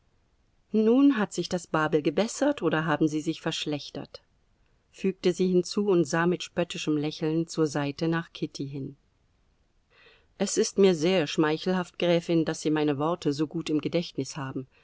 nun hat sich das babel gebessert oder haben sie sich verschlechtert fügte sie hinzu und sah mit spöttischem lächeln zur seite nach kitty hin es ist mir sehr schmeichelhaft gräfin daß sie meine worte so gut im gedächtnis haben